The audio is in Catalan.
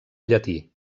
llatí